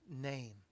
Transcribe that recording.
name